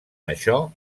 això